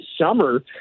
summer